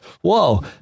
whoa